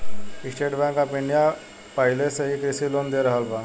estate Bank of India पाहिले से ही कृषि लोन दे रहल बा